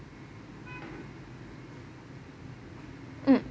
mm